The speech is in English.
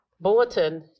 bulletin